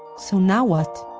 so now what?